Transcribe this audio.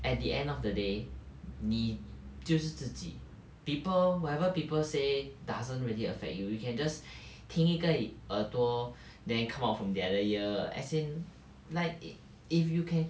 at the end of the day 你就是自己 people whatever people say doesn't really affect you you can just 听一个耳朵 then come out from the other ear as in like it if you can